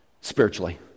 Spiritually